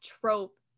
trope